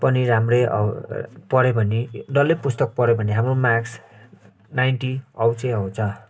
पनि राम्रै औ पढ्यो भनि डल्लै पुस्तक पढ्यो भने हाम्रो मार्कस नाइन्टी आउँछै आउँछ